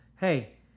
Hey